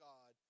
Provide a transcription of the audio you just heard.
God